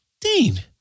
Dean